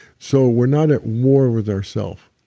so we're not at war with ourself